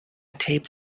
taped